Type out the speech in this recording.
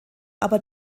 aber